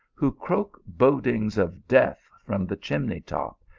who croak bodings of death from the chimney top,